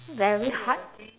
very hard